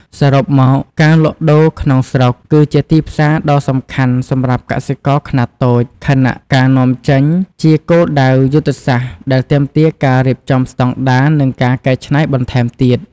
សរុបមក ការលក់ដូរក្នុងស្រុកគឺជាទីផ្សារដ៏សំខាន់សម្រាប់កសិករខ្នាតតូច ខណៈការនាំចេញជាគោលដៅយុទ្ធសាស្ត្រដែលទាមទារការរៀបចំស្តង់ដារ និងការកែច្នៃបន្ថែមទៀត។